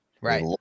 Right